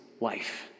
life